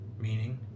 Meaning